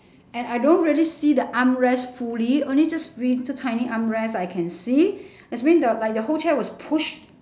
and I don't really see the armrest fully only just re~ t~ tiny little armrest I can see that mean the like the whole chair was pushed